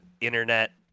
internet